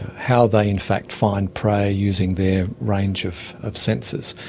how they in fact find prey using their range of of senses.